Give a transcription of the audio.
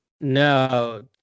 No